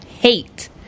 hate